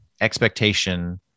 expectation